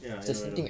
ya I know I know